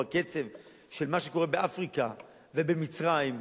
בקצב של מה שקורה באפריקה או במצרים,